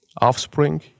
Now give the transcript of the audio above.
offspring